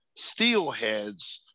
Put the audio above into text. Steelheads